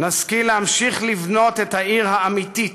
נשכיל להמשיך לבנות את העיר האמיתית,